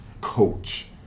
coach